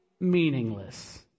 meaningless